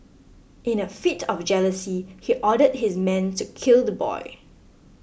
in a fit of jealousy he ordered his men to kill the boy